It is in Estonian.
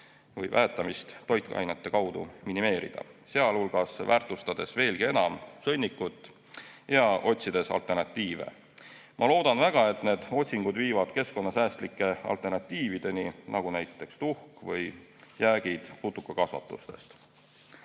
et väetamist toitainete kaudu minimeerida, sealhulgas väärtustades veelgi enam sõnnikut ja otsides alternatiive. Ma loodan väga, et need otsingud viivad keskkonnasäästlike alternatiivideni, nagu näiteks tuhk või putukakasvatuse